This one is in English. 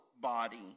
body